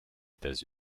états